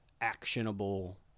actionable